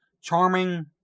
charming